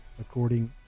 according